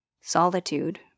Solitude